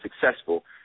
successful